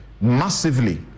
massively